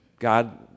God